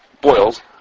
boils